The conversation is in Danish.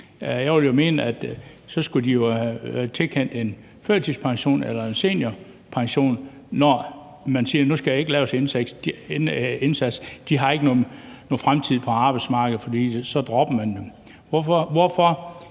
Jeg vil jo mene, at de skulle tilkendes en førtidspension eller en seniorpension, når man siger, at nu skal der ikke laves en indsats. De har ikke nogen fremtid på arbejdsmarkedet, fordi man dropper dem. Hvorfor